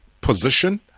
position